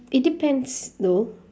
it depends though